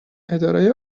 اداره